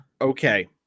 okay